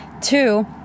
two